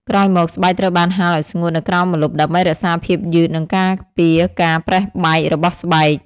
ក្រោយមក ស្បែកត្រូវបានហាលឱ្យស្ងួតនៅក្រោមម្លប់ដើម្បីរក្សាភាពយឺតនិងការពារការប្រេះបែករបស់ស្បែក។